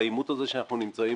בעימות הזה בו אנחנו נמצאים,